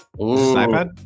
iPad